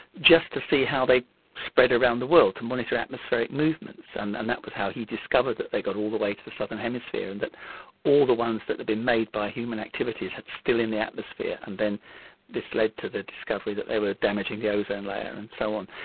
just to see how they spread around the world, to monitor atmospheric movements, and and that was how he discovered that they got all the way to the southern hemisphere and that all the ones that had been made by human activity were still in the atmosphere. and then this led to the discovery that they were damaging the ozone layer and so on.